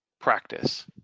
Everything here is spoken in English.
practice